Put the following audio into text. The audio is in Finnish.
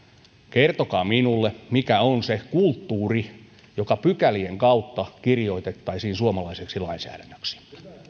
kertokaa minulle mikä on se kulttuuri joka pykälien kautta kirjoitettaisiin suomalaiseksi lainsäädännöksi